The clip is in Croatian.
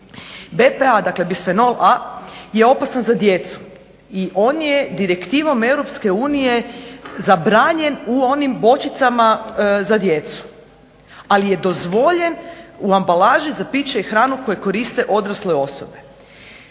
BPA dakle bisfenol a je opasan za djecu i on je direktivom EU zabranjen u onim bočicama za djecu. Ali je dozvoljen u ambalaži za piće i hranu koje koriste odrasle osobe.